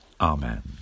Amen